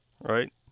right